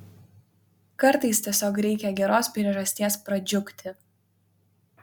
kartais tiesiog reikia geros priežasties pradžiugti